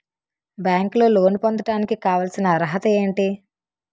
బ్యాంకులో లోన్ పొందడానికి కావాల్సిన అర్హత ఏంటి?